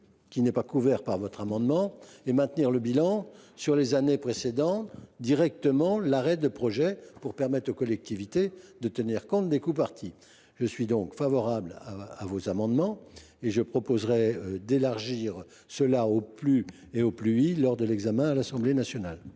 qui n’est pas couvert par votre amendement, et maintenir le bilan sur les années précédant directement l’arrêt du projet pour permettre aux collectivités de tenir compte des coups partis. Je suis donc favorable à ces amendements et je proposerai d’élargir le dispositif aux PLU et PLUi lors de l’examen du texte à l’Assemblée nationale.